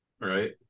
right